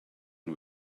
nhw